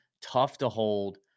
tough-to-hold